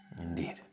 Indeed